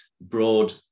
broad